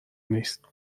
نیست